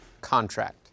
contract